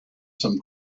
some